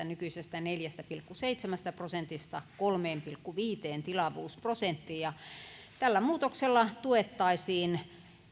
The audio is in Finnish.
nykyisestä neljästä pilkku seitsemästä prosentista kolmeen pilkku viiteen tilavuusprosenttiin tällä muutoksella tuettaisiin